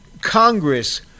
Congress